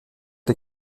les